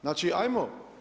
Znači hajmo.